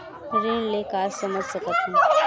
ऋण ले का समझ सकत हन?